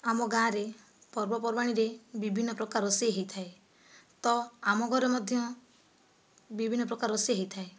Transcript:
ଆମ ଗାଁରେ ପର୍ବପର୍ବାଣୀରେ ବିଭିନ୍ନ ପ୍ରକାର ରୋଷେଇ ହୋଇଥାଏ ତ ଆମ ଘରେ ମଧ୍ୟ ବିଭିନ୍ନ ପ୍ରକାର ରୋଷେଇ ହୋଇଥାଏ